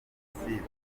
serivisi